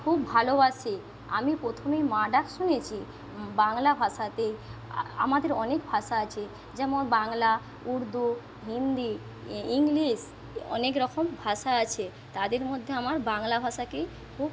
খুব ভালোবাসি আমি প্রথমেই মা ডাক শুনেছি বাংলা ভাষাতে আমাদের অনেক ভাষা আছে যেমন বাংলা উর্দু হিন্দি ইংলিশ অনেক রকম ভাষা আছে তাদের মধ্যে আমার বাংলা ভাষাকেই খুব